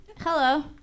Hello